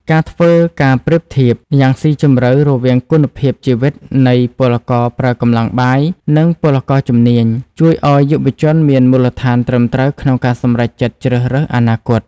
ការធ្វើការប្រៀបធៀបយ៉ាងស៊ីជម្រៅរវាងគុណភាពជីវិតនៃពលករប្រើកម្លាំងបាយ និងពលករជំនាញ ជួយឱ្យយុវជនមានមូលដ្ឋានត្រឹមត្រូវក្នុងការសម្រេចចិត្តជ្រើសរើសអនាគត។